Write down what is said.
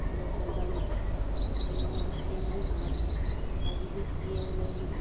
وہ ہر دم بیمار رہتے ہیں اور حج بھی کیے ہوئے ہیں